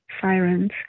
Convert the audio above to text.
sirens